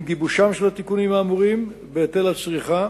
עם גיבושם של התיקונים האמורים בהיטל הצריכה